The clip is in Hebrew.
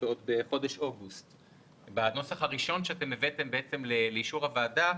אנחנו בתעופה פחות מתעסקים בזה.